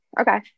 Okay